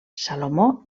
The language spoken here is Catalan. salomó